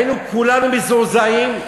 היינו כולנו מזועזעים.